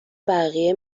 بقیه